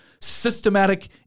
systematic